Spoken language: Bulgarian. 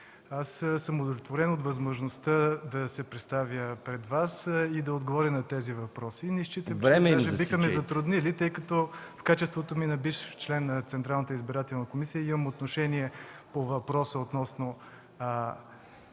Аз съм удовлетворен от възможността да се представя пред Вас и да отговоря на тези въпроси. Не считам,